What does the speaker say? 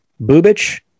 Bubich